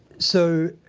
so,